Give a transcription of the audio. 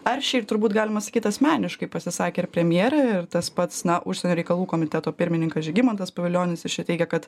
ar šiaip turbūt galima sakyt asmeniškai pasisakė ir premjerė ir tas pats na užsienio reikalų komiteto pirmininkas žygimantas pavilionis jis čia teigia kad